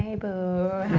ah boo.